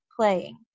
playing